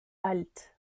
alt